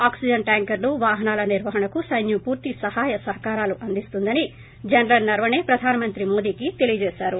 oxygen ట్యాంకర్లు వాహనాల నిర్వహణకు సైన్యం పూర్తి సహాయ సహకారాలు అందిస్తుందని జనరల్ నరవణే ప్రధానమంత్రి మోడీకి తెలియజేశారు